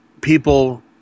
people